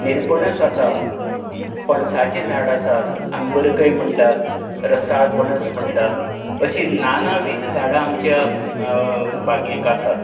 निरपणस आसा पणसाचें झाड आसात आमी बरकय म्हणटात रसाळ पणस म्हणटात अशीं नानाविद झाडां आमच्या बागेंतक आसात